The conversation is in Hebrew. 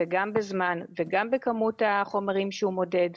גם בזמן וגם בכמות החומרים שהוא מודד.